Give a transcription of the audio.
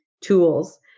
tools